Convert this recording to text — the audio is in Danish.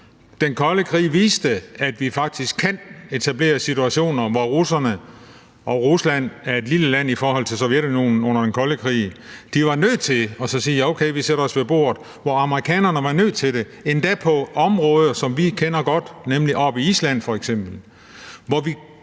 Den kolde krig viste, at vi faktisk kan etablere situationer, hvor russerne – og Rusland er et lille land i forhold til Sovjetunionen under den kolde krig – var nødt til at sige, at okay, vi sætte os ved bordet. Og hvor amerikanerne var nødt til det, endda på områder, som vi kender godt, nemlig oppe i Island f.eks., hvor vi